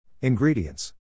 Ingredients